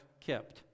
kept